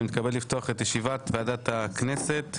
אני מתכבד לפתוח את ישיבת ועדת הכנסת.